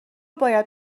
باید